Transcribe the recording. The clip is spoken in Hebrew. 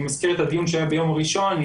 אני מזכיר את הדיון שהיה ביום ראשון עם